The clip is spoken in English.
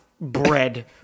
bread